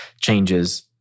changes